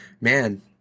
man